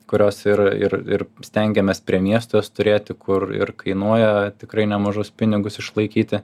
kurios ir ir ir stengiamės prie miestų jas turėti kur ir kainuoja tikrai nemažus pinigus išlaikyti